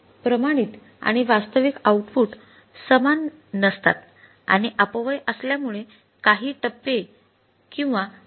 प्रमाणित आणि वास्तविक आउटपुट समान नसतात आणि अपव्यय असल्यामुळे काही टप्पे किंवा काही फरक आहेत